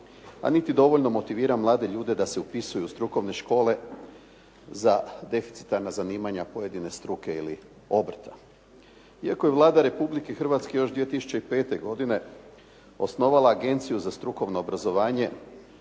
a niti dovoljno motivira mlade ljude da se upisuju u strukovne škole za deficitarna zanimanja pojedine struke ili obrta. Iako je Vlada Republike Hrvatske još 2005. godine osnovala Agenciju za strukovno obrazovanje